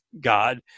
God